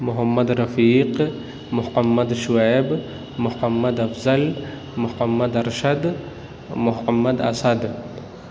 Muhammad Rafiq Muhammad Shoaib Muhammad Afzal Muhammad Arshad Muhammad Asad